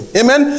amen